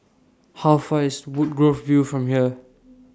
How Far IS Woodgrove View from here